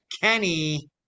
Kenny